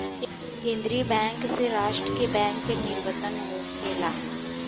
केंद्रीय बैंक से राष्ट्र के बैंक के निवर्तन होखेला